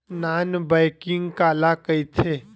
Non banking काला कइथे?